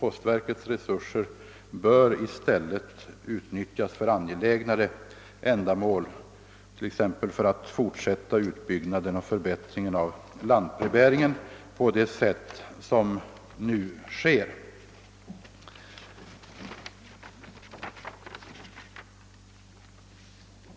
Postverkets resurser bör i stället utnyttjas för angelägnare ändamål, t.ex. för att fortsätta utbyggnaden och förbättringen av lantbrevbäringen på det sätt som nu sker.